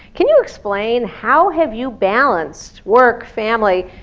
can you explain, how have you balanced work, family,